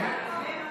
כל לאומיה בלבד.